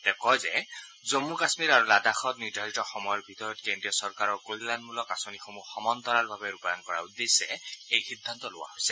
তেওঁ কয় যে জম্মু কাশ্মীৰ আৰু লাডাখত নিৰ্ধাৰিত সময়ৰ ভিতৰত কেন্দ্ৰীয় চৰকাৰৰ কল্যাণমূলক আঁচনিসমূহ সমান্তৰালভাৱে ৰূপায়ণ কৰাৰ উদ্দেশ্যে এই সিদ্ধান্ত লোৱা হৈছে